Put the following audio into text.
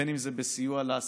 בין אם זה סיוע לעסקים